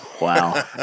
wow